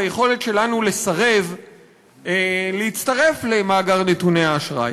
היכולת שלנו לסרב להצטרף למאגר נתוני האשראי.